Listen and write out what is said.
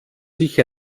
sich